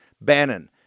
Bannon